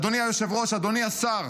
אדוני היושב-ראש, אדוני השר,